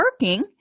working